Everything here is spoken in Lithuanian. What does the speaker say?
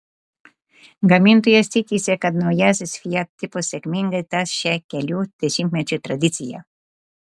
gamintojas tikisi kad naujasis fiat tipo sėkmingai tęs šią kelių dešimtmečių tradiciją